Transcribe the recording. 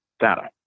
data